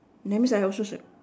that means I also cir